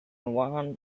one